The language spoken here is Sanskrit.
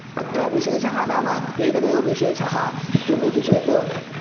अत्र विशेषः नाम एतदेव विशेषः किम् इति चेत्